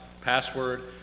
password